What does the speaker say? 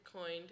coined